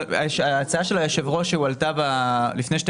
ההצעה של היושב ראש הועלתה לפני שתי